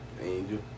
Angel